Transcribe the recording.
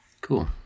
Cool